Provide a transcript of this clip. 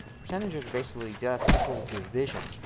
percentages are basically just simple division.